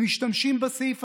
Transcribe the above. גימטרייה.